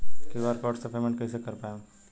QR code से payment कईसे कर पाएम?